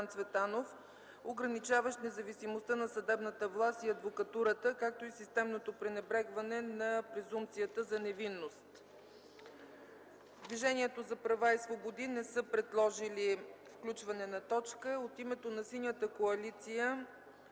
Движението за права и свободи не са предложили включване на точка. От името на Синята коалиция